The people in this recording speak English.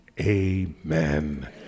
amen